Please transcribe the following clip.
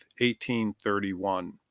1831